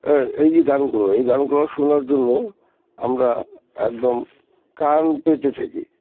এই যে গানগুলো এই গানগুলো শোনার জন্য আমরা একদম কান পেতে থাকি